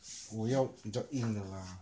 我要比较硬的 lah